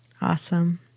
Awesome